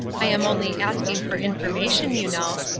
i am only asking for information, you know.